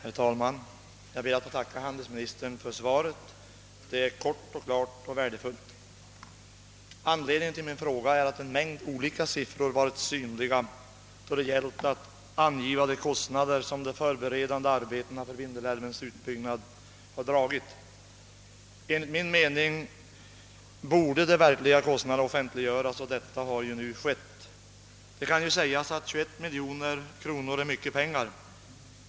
Herr talman! Jag ber att få tacka handelsministern för svaret. Det var kort, klart och värdefullt. Anledningen till min fråga är att en mängd olika siffror angivits beträffande de kostnader som de förberedande arbetena för Vindelälvens utbyggnad har medfört. Enligt min mening borde de verkliga kostnaderna offentliggöras, och detta har nu gjorts. Det kan sägas att 21 miljoner kronor är mycket pengar.